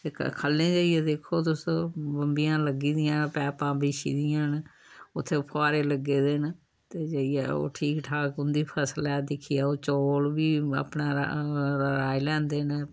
ते ख'ल्लें जाइयै दिक्खो तुस बम्बियां लग्गी दियां पैपां बिछी दियां न उ'त्थें फोहारे लग्गे दे न ते जाइयै ओह् ठीक ठाक उं'दी फसल ऐ दिक्खियै ओह् चौल बी अपने राही लैंदे न